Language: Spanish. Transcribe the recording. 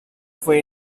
fue